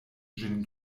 ĝin